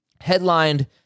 Headlined